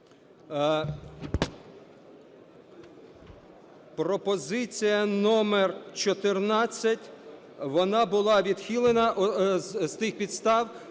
Пропозиція номер 14, вона була відхилена з тих підстав,